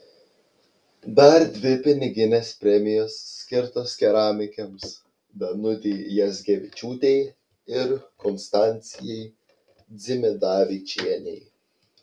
dar dvi piniginės premijos skirtos keramikėms danutei jazgevičiūtei ir konstancijai dzimidavičienei